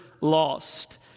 lost